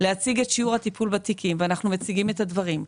להציג את שיעור הטיפול בתיקים ואנחנו מציגים את הדברים.